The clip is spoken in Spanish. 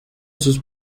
sus